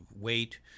weight